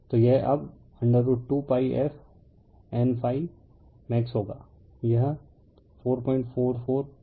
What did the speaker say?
तो यह अब √2 pi f N∅ max होगा यह 444f N∅ max है